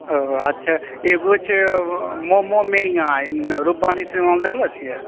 ओ अच्छा एगो छै मोमो मेनिया एन्ने रूपबानी सिनेमा हॉल देखने छियै